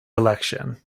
election